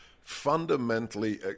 fundamentally